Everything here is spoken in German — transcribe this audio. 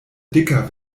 dicker